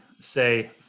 say